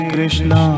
Krishna